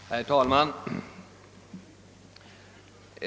Herr talman!